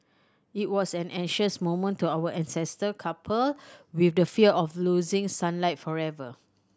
it was an anxious moment to our ancestor coupled with the fear of losing sunlight forever